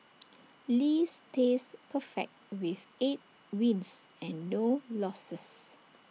lee stays perfect with eight wins and no losses